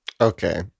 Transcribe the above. Okay